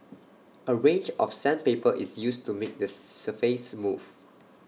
A range of sandpaper is used to make the surface smooth